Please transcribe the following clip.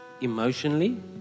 Emotionally